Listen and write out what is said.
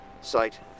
Site